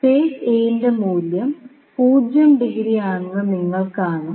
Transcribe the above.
face A ൻറെ മൂല്യം 0 degree ആണെന്ന് നിങ്ങൾ കാണും